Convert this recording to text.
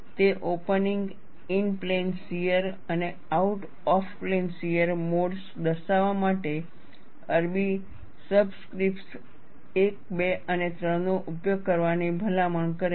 તે opening in plane shear અને out of plane shear modes દર્શાવવા માટે અરબી સબસ્ક્રિપ્ટ્સ 1 2 અને 3 નો ઉપયોગ કરવાની ભલામણ કરે છે